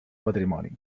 patrimoni